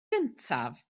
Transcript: gyntaf